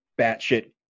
batshit